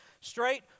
straight